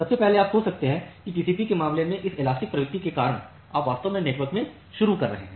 सबसे पहले आप सोच सकते हैं कि टीसीपीके मामले में इस इलास्टिक प्रकृति के कारण आप वास्तव में नेटवर्क में शुरू कर रहे हैं